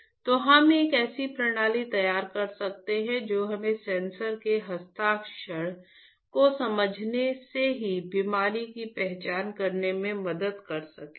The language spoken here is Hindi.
क्या हम एक ऐसी प्रणाली तैयार कर सकते हैं जो हमें सांस के हस्ताक्षर को समझने से ही बीमारी की पहचान करने में मदद कर सके